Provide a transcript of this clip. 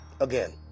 Again